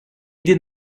did